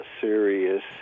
serious